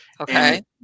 Okay